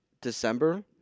December